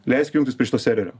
leisk jungtis prie šito serverio